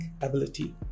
ability